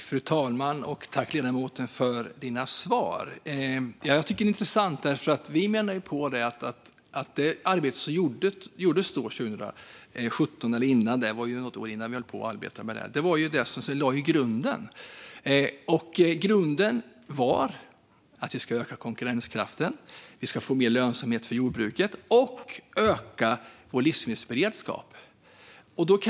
Fru talman! Det här är intressant, för vi menar ju på att det arbete som gjordes 2017 och innan dess lade grunden, och grunden var att man skulle öka konkurrenskraften, få mer lönsamhet för jordbruket och höja livsmedelsberedskapen.